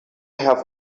have